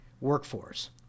workforce